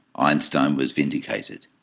einstein was vindicated.